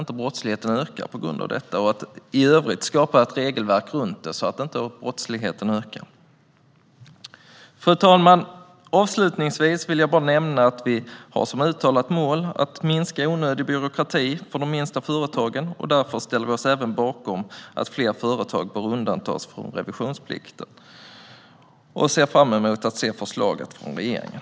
Det är också regeringen som får i uppdrag att skapa ett regelverk runt det och därigenom se till att brottsligheten inte ökar. Fru talman! Avslutningsvis vill jag bara nämna att vi har som uttalat mål att minska onödig byråkrati för de minsta företagen. Därför ställer vi oss även bakom att fler företag bör undantas från revisionsplikten. Vi ser fram emot att se förslagen från regeringen.